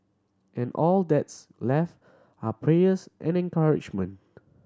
and all that's left are prayers and encouragement